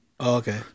Okay